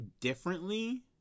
differently